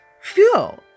fuel